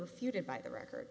refuted by the record